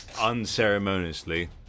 unceremoniously